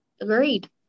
Agreed